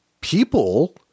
people